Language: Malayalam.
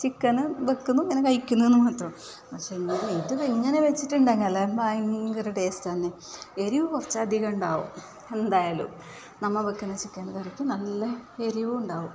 ചിക്കനെ വെക്കുന്നു ഇങ്ങനെ കഴിക്കുന്നു എന്ന് മാത്രം പക്ഷെ ഇങ്ങനെ ഇത് ഇങ്ങനെ വെച്ചിട്ടുണ്ടെങ്കിൽ ഭയങ്കര ടേസ്റ്റാണ് എരിവ് കുറച്ചധികം ഉണ്ടാകും എന്തായാലും നമ്മൾ വെക്കുന്ന ചിക്കൻ കറിക്ക് നല്ല എരിവ് ഉണ്ടാകും